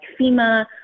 FEMA